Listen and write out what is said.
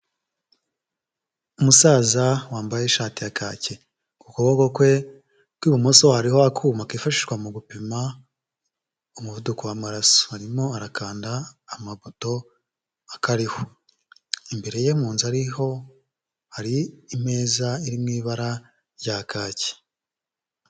Umusaza wambaye ishati ya kake, ukuboko kwe kw'ibumoso hariho akuma kifashishwa mu gupima umuvuduko w'amaraso, arimo arakanda amabuto akariho, imbere ye mu nzu ariho hari imeza iri mu ibara rya kaki.